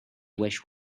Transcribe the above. wish